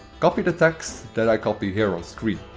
copy the text that i copy here on screen.